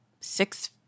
six